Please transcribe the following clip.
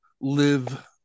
live